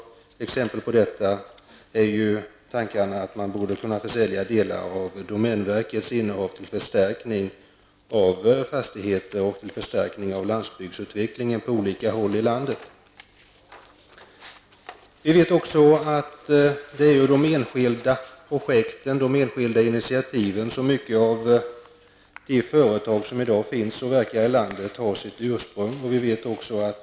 Ett exempel därpå är tankarna om att kunna utförsälja delar av domänverkets innehav till förstärkning av fastigheter och förstärkning av landsbygdsutveckling på olika håll i landet. Vi vet att många av de företag som verkar i landet har i sitt ursprung i enskilda projekt och enskilda initiativ.